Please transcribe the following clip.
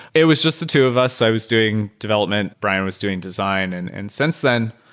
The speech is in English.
it was just the two of us. i was doing development. brian was doing design and and since then,